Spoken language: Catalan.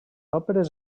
òperes